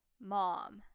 mom